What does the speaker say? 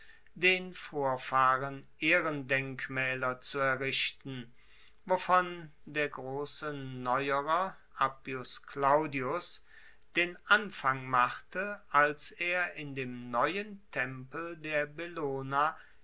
den vorfahren ehrendenkmaeler zu errichten womit der grosse neuerer appius claudius den anfang machte als er in dem neuen tempel der